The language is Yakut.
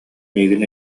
миигин